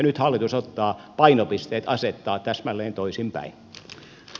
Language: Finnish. nyt hallitus asettaa painopisteet täsmälleen toisinpäin